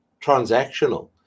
transactional